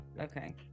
okay